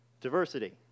Diversity